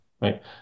Right